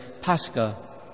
Pascha